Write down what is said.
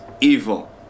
evil